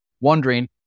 wondering